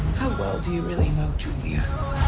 how well do you really know julia? you